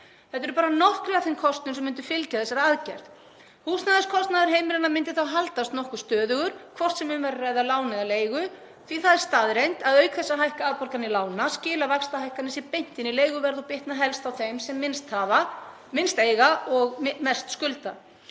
Þetta eru bara nokkrir af þeim kostum sem myndu fylgja þessari aðgerð. Húsnæðiskostnaður heimilanna myndi haldast nokkuð stöðugur hvort sem um væri að ræða lán eða leigu því það er staðreynd að auk þess að hækka afborganir lána skila vaxtahækkanir sér beint inn í leiguverð og bitna helst á þeim sem minnst hafa, minnst eiga og mest skulda.